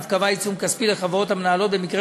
ואף קבעה עיצום כספי לחברות המנהלות במקרה